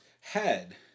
head